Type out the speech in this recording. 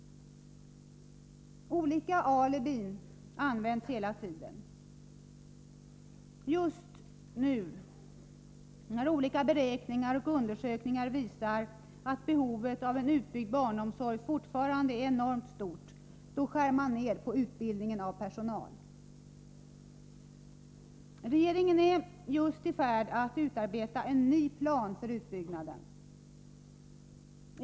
Hela tiden har olika alibin använts. Just nu, när flera beräkningar och undersökningar visar att behovet av en utbyggd barnomsorg fortfarande är enormt stort, skär man ned på utbildningen av personal. Regeringen är nu i färd med att utarbeta en ny plan för utbyggnaden.